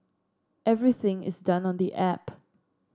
everything is done on the app